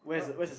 uh